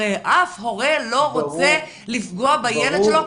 הרי אף הורה לא רוצה לפגוע בילד שלו,